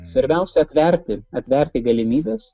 svarbiausia atverti atverti galimybes